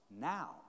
now